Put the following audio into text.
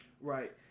Right